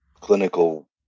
clinical